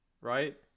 right